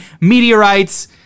meteorites